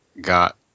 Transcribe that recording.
got